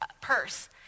purse